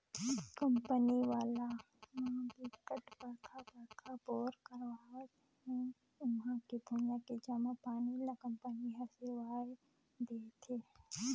company वाला म बिकट बड़का बड़का बोर करवावत हे उहां के भुइयां के जम्मो पानी ल कंपनी हर सिरवाए देहथे